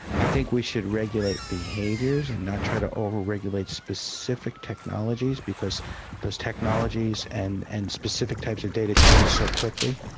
i think we should regulate behaviors and not try to overregulate specific technologies because those technologies and and specific types of data change so quickly.